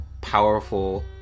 powerful